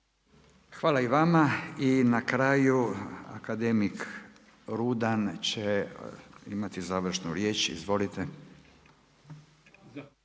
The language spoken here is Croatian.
Hvala i vama. I na kraju akademik Rudan će imati završnu riječ. **Rudan,